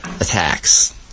attacks